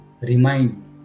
remind